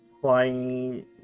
flying